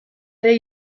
ere